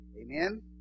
Amen